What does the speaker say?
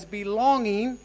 belonging